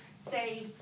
say